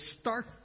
start